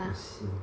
I see